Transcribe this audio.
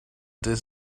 this